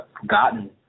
forgotten